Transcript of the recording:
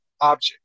object